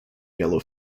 yellow